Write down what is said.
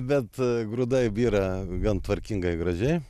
bet grūdai byra gan tvarkingai gražiai